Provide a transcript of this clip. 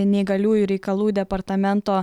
neįgaliųjų reikalų departamento